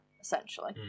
essentially